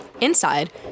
Inside